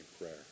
prayer